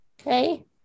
okay